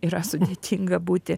yra sudėtinga būti